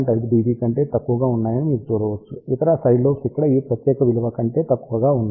5 dB కంటే తక్కువగా ఉన్నాయని మీరు చూడవచ్చు ఇతర సైడ్ లోబ్స్ ఇక్కడ ఈ ప్రత్యేక విలువ కంటే తక్కువగా ఉన్నాయి